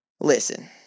Listen